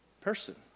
person